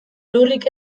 lurrik